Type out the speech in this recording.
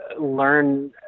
learn